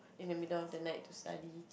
in the middle of the night to study